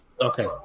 Okay